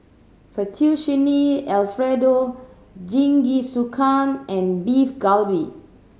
Fettuccine Alfredo Jingisukan and Beef Galbi